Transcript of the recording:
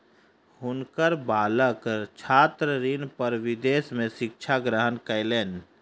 हुनकर बालक छात्र ऋण पर विदेश में शिक्षा ग्रहण कयलैन